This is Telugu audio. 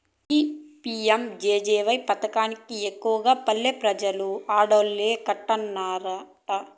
ఈ పి.యం.జె.జె.వై పదకం కి ఎక్కువగా పల్లె పెజలు ఆడోల్లే కట్టన్నారట